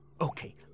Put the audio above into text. Okay